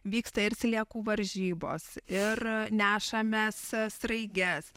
vyksta ir sliekų varžybos ir nešamės sraiges